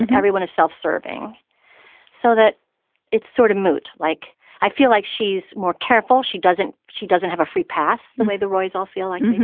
and everyone is self-serving so that it's sort of moot. like i feel like she's more careful she doesn't she doesn't have a free pass. the way the rois all feeling.